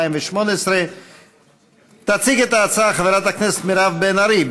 התשע"ח 2018. תציג את ההצעה חברת הכנסת מירב בן ארי,